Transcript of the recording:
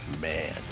Man